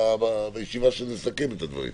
בישיבה שתסכם את הדברים.